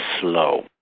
slow